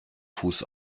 fuß